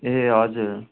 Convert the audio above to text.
ए हजुर